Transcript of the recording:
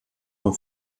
von